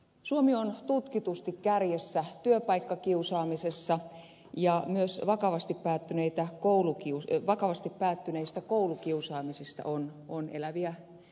suomi on tutkitusti kärjessä työpaikkakiusaamisessa ja myös vakavasti päättyneitä kouluk ius y vakavasti päättyneistä koulukiusaamisista on eläviä esimerkkejä